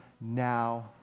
now